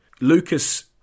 Lucas